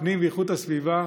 הפנים ואיכות הסביבה,